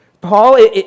Paul